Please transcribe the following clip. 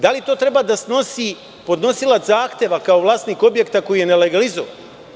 Da li to treba da snosi podnosilac zahteva kao vlasnik objekta koji je nelegalizovan?